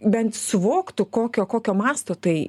bent suvoktų kokio kokio masto tai